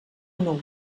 núvol